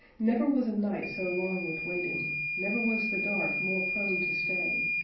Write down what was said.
never was a night so long with waiting. never was the dark more prone to stay.